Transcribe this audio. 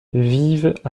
vivent